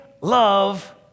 love